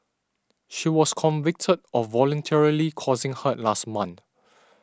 she was convicted of voluntarily causing hurt last month